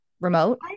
remote